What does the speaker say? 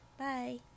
Bye